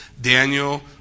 Daniel